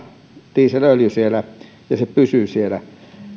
dieselöljy ja se pysyy siellä